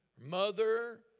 mother